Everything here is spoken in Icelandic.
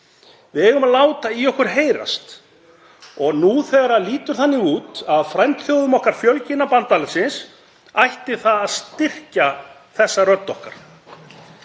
Við eigum að láta í okkur heyrast. Nú þegar það lítur þannig út að frændþjóðum okkar fjölgi innan bandalagsins ætti það að styrkja þessa rödd okkar.